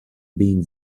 being